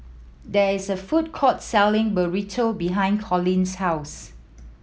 there is a food court selling Burrito behind Coley's house